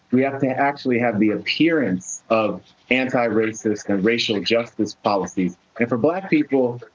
we have to actually have the appearance of anti-racist and racial justice policies. and for black people,